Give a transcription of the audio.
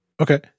Okay